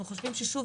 אין פה שום כוונה